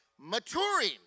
maturing